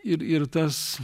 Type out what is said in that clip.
ir ir tas